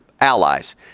allies